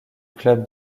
club